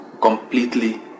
completely